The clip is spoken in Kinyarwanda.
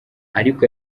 ariko